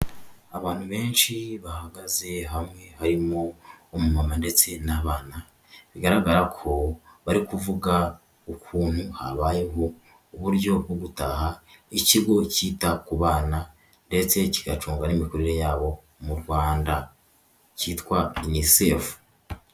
Abantu benshi bahagaze hamwe harimo umu mama ndetse n'abana bigaragara ko bari kuvuga ukuntu habayeho uburyo bwo gutaha, ikigo cyita ku bana ndetse kigacugwa n'imikurire yabo m'u Rwanda cyitwa Unicef.